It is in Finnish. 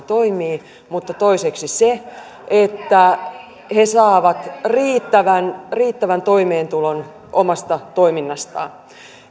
toimii mutta toiseksi se että he saavat riittävän riittävän toimeentulon omasta toiminnastaan